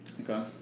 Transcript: okay